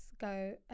go